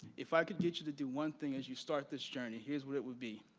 if i could get you to do one thing as you start this journey, here's what it would be.